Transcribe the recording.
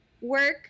work